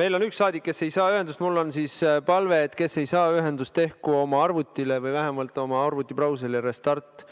Meil on üks saadik, kes ei saa ühendust. Mul on palve, et kes ei saa ühendust, tehku oma arvutile või vähemalt oma arvuti brauserile restart.